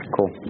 Cool